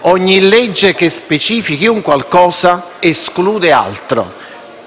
ogni legge che specifichi qualcosa esclude altro.